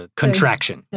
contraction